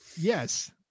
yes